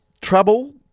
trouble